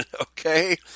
okay